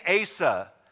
Asa